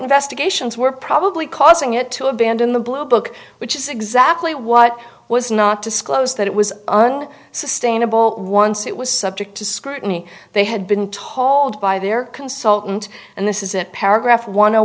investigations were probably causing it to abandon the blue book which is exactly what was not disclosed that it was on sustainable once it was subject to scrutiny they had been told by their consultant and this is a paragraph one o